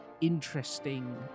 interesting